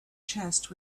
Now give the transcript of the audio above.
chest